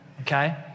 okay